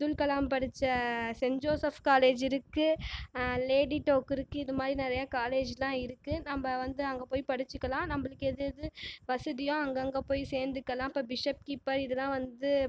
அப்துல் கலாம் படிச்ச Saint Joseph காலேஜிருக்குது Lady டோக்குருக்குது இது மாதிரி நிறைய காலேஜ்லாம் இருக்குது நம்ம வந்து அங்கே போய் படிச்சிக்கலாம் நம்மளுக்கு எது எது வசதியோ அங்கேங்க போய் சேர்ந்துக்கலாம் இப்போ பிஷப் கீப்பர் இதுலாம் வந்து